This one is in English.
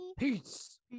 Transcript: Peace